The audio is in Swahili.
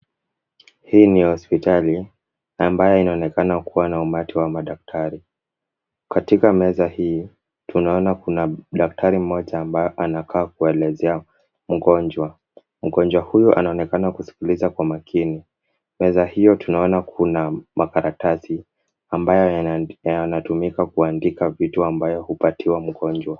Hii ni hospitali, ambayo inaonekana kuwa na umati wa madaktari. Katika meza hii tunaona kuna daktari mmoja ambaye anakaa kuelezea mgonjwa. Mgonjwa huyu anonekana kusikiliza kwa makini. Meza hiyo tunaona kuna makaratasi ambayo yanatumika kuandika vitu ambayo hupatiwa mgonjwa.